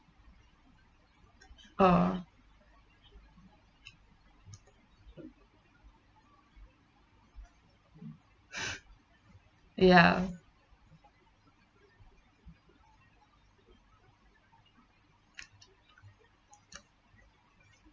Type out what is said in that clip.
uh ya